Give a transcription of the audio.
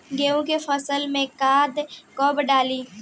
गेहूं के फसल में खाद कब डाली?